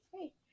hey